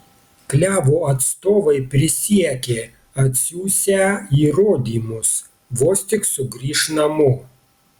klevo atstovai prisiekė atsiųsią įrodymus vos tik sugrįš namo